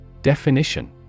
Definition